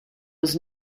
was